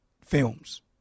films